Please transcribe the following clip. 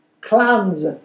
Clans